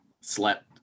slept